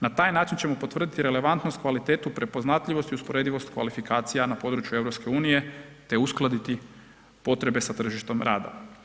Na taj način ćemo potvrditi relevantnost, kvalitetu, prepoznatljivost i usporedivost kvalifikacija na području EU, te uskladiti potrebe sa tržištom rada.